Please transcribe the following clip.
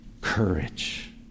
courage